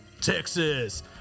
Texas